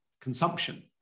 consumption